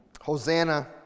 Hosanna